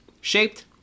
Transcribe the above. shaped